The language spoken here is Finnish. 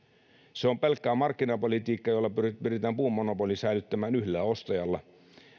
se on pelkkää markkinapolitiikkaa jolla pyritään pyritään puun monopoli säilyttämään yhdellä ostajalla